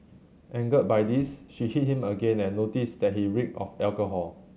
angered by this she hit him again and noticed that he reeked of alcohol